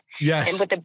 Yes